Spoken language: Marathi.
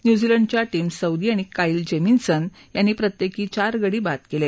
न्यूझिलंडच्या टिम साऊदी आणि काईल जेमिन्सन यांनी प्रत्येकी चार गडी बाद केले